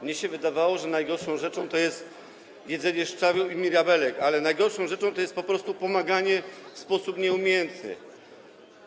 Mnie się wydawało, że najgorszą rzeczą jest jedzenie szczawiu i mirabelek, ale najgorszą rzeczą jest po prostu pomaganie w sposób nieumiejętny.